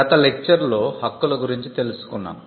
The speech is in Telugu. గత లెక్చర్ లో హక్కుల గురించి తెలుసుకున్నాం